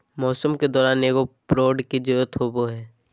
मौसम के दौरान एगो प्रोड की जरुरत होबो हइ